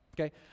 Okay